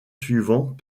suivant